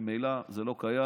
ממילא זה לא קיים.